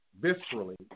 viscerally